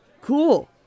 Cool